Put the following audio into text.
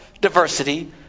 diversity